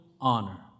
honor